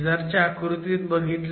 शेजारच्या आकृतीत बघा